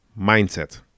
mindset